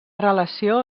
relació